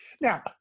now